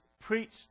preached